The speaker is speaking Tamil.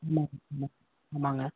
ஆமாம் ஆமாம் ஆமாங்க